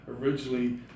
originally